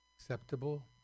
acceptable